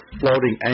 floating